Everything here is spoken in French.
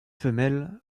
femelles